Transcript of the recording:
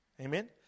Amen